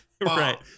Right